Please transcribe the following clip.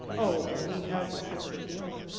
oh, but he has a sense of humour!